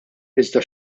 iżda